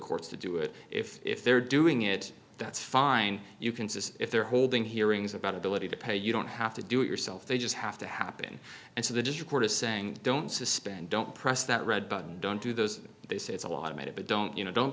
courts to do it if they're doing it that's fine you can see if they're holding hearings about ability to pay you don't have to do it yourself they just have to happen and so they just record as saying don't suspend don't press that red button don't do those they say it's a lot of made but don't you know don't